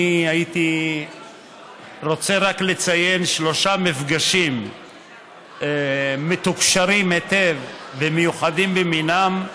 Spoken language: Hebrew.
הייתי רוצה רק לציין שלושה מפגשים מתוקשרים היטב ומיוחדים במינם,